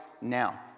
now